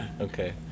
Okay